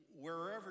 wherever